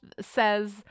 says